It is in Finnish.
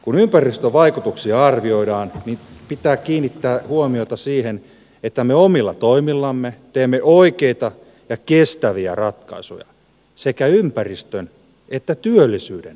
kun ympäristövaikutuksia arvioidaan pitää kiinnittää huomiota siihen että me omilla toimillamme teemme oikeita ja kestäviä ratkaisuja sekä ympäristön että työllisyyden näkökannalta